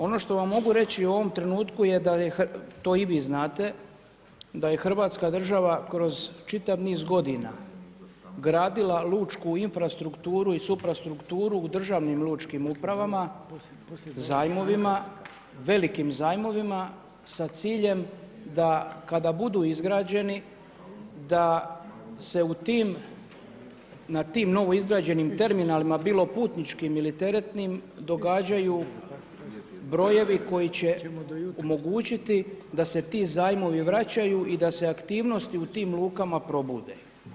Ono što vam mogu reći u ovom trenutku je, to i vi znate, da je Hrvatska država kroz čitav niz godina gradila lučku infrastrukturu i suprastrukturu u državnim lučkim upravama, zajmovima, velikim zajmovima sa ciljem da kada budu izgrađeni da se na tim novoizgrađenim terminalima, bilo putničkim ili teretnim, događaju brojevi koji će omogućiti da se ti zajmovi vraćaju i da se aktivnosti u tim lukama probude.